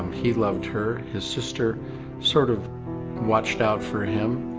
he loved her, his sister sort of watched out for him,